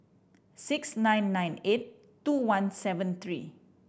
six nine nine eight two one seven three